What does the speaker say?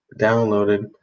downloaded